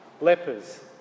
lepers